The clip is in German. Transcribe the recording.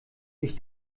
dich